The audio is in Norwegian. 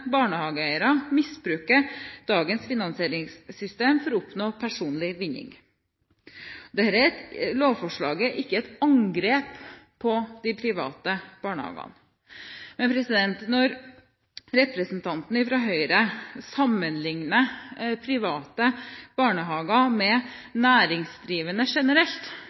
barnehageeiere misbruker dagens finansieringssystem for å oppnå personlig vinning. Dette lovforslaget er ikke et angrep på de private barnehagene. Men når representanten fra Høyre sammenligner private barnehager med næringsdrivende generelt,